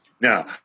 Now